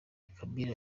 kabila